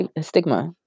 stigma